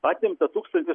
atimta tūkstantis